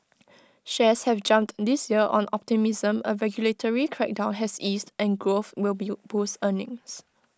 shares have jumped this year on optimism A regulatory crackdown has eased and growth will be boost earnings